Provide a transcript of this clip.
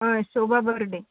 ह शोभा बर्डे